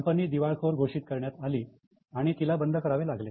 company दिवाळखोर घोषित करण्यात आली आणि तिला बंद करावे लागले